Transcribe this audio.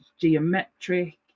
geometric